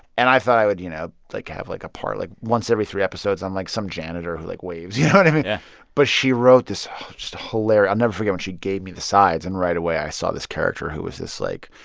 and i thought i would, you know, like, have, like, a part like, once every three episodes i'm, like, some janitor who, like, waves. you know what i mean? yeah but she wrote this ah just a i'll never forget when she gave me the sides and, right away, i saw this character who was this, like,